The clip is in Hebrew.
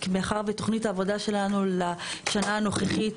מאחר ותוכנית העבודה שלנו לשנה הנוכחית,